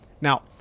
Now